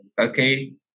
Okay